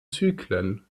zyklen